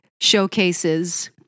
showcases